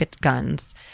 guns